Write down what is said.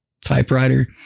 typewriter